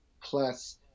plus